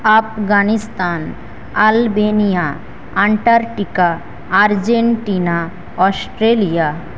Afghanistan Albania Antarctica Argentina Australia